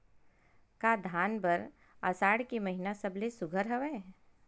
का धान बर आषाढ़ के महिना सबले सुघ्घर हवय?